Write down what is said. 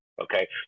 okay